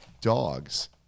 dogs